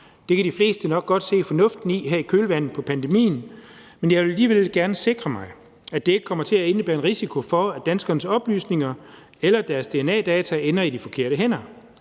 det kan de fleste nok godt se fornuften i her i kølvandet på pandemien, men jeg vil alligevel gerne sikre mig, at det ikke kommer til at indebære en risiko for, at danskernes oplysninger eller deres dna-data ender i de forkerte hænder.